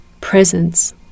presence